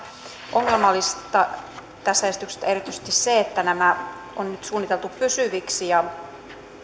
ongelmallista erityisesti se että nämä on suunniteltu pysyviksi ja